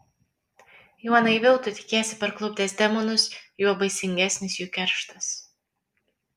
juo naiviau tu tikiesi parklupdęs demonus juo baisingesnis jų kerštas